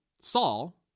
Saul